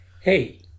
Hey